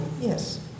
Yes